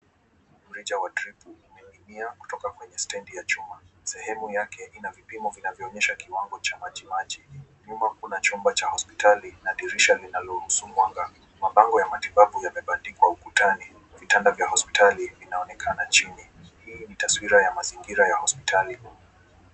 Mrija wa dripu umening'inia kutoka kwenye stendi ya chuma. Sehemu yake ina kipimo kinachoonyesha kiwango cha maji. Nyuma kuna chumba cha hospitali na dirisha linaloruhusu mwanga. Mabango ya matibabu yamebandikwa ukutani. Vitanda vya hospitali vinaonekana chini. Hii ni taswira ya mazingira ya hospitali.